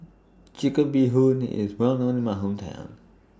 Chicken Bee Hoon IS Well known in My Hometown